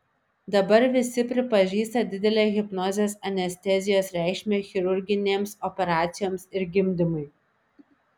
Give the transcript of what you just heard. dabar visi pripažįsta didelę hipnozės anestezijos reikšmę chirurginėms operacijoms ir gimdymui